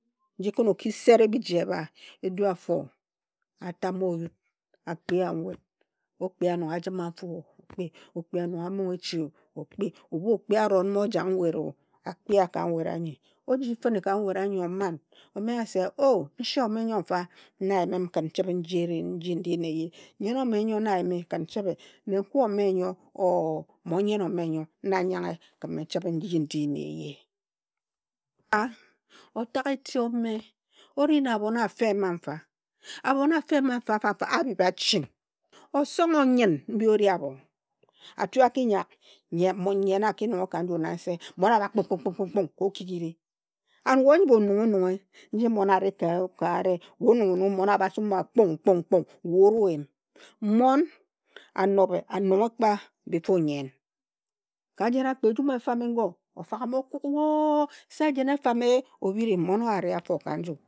Nji khin o ki sere bhiji ebha, edu a fo a tam wa out, akpi a nwet, akpi a nong a jima nfo o, okpi, okpi a nore a mongha echio, o kpi, ebha okpi aron ma o jak nwet o, a kpia ka nwet anyi. O ji fire ka nwet anyi oman o menghe se o, nse ome nyo mfa na a yimm khin n chibhe nji ndi nna eye, nyen ome nyo na ayimi khen chibh, nenkue o me nyo or mon nyen o me nyo na ayimi khin me nchibhe nji ndi na eye. A otak eti ome o ri na abhon afe mma mfa. Abhon afe mma nfa nfa abhib aching. Oson enyin mbi ori abho. Atu a ki nyak m nyen a ki nunghe ka nju na nse, mmon abhak kpu-kpu-kpu-kpung ka okiriri. And we onyum o nunghe onunghe nji mon ari ka ka ere. We onunghe onunghe mon abha sum wa kpung kpung kpung we aru nyim. Mmon a nobhe a nunghi kpa before nyen. Ka jen a kpe ejum e fam i ngo, o kuk wo! o! o! se jen efam e h, o bhiri, mon o a ari afo ka nju.